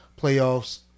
playoffs